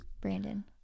Brandon